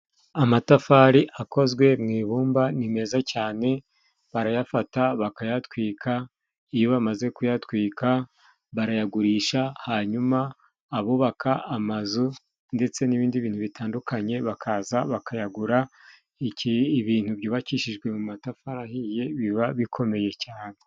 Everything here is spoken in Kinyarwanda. Amatafari akozwe mu ibumba ni meza cyane. Barayafata bakayatwika, iyo bamaze kuyatwika barayagurisha. Hanyuma abubaka amazu ndetse n'ibindi bintu bitandukanye, bakaza bakayagura. Iki, ibintu byubakishijwe mu matafari ahiye biba bikomeye cyane.